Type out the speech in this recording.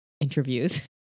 interviews